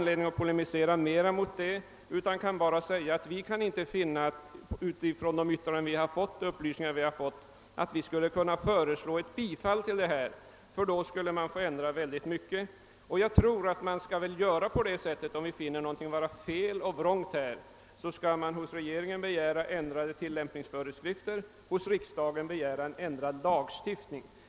Utskottet har dock efter de yttranden vi fått in icke kunnat tillstyrka herr Lundbergs motion. I så fall skulle man få ändra många saker. Om man finner något här vara felaktigt och vrångt skall man hos regeringen begära ändrade tillämpningsföreskrifter och hos riksdagen en ändrad lagstiftning.